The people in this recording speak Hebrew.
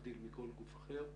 להבדיל מכל גוף אחר,